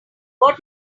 what